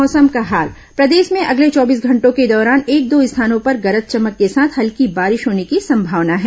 मौसम प्रदेश में अगले चौबीस घंटो के दौरान एक दो स्थानों पर गरज चमक के साथ हल्की बारिश होने की संभावना है